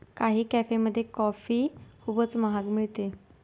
काही कॅफेमध्ये कॉफी खूपच महाग मिळते